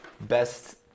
best